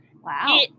Wow